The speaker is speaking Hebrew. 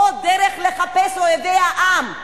או דרך לחפש את אויבי העם?